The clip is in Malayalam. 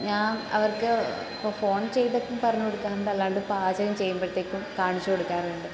ഞാൻ അവർക്ക് ഇപ്പോൾ ഫോൺ ചെയ്തൊക്കെ പറഞ്ഞ് കൊടുക്കുന്നതല്ലാണ്ട് പാചകം ചെയ്യുമ്പോഴത്തേക്കും കാണിച്ച് കൊടുക്കാറുണ്ട്